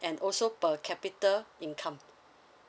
and also per capita income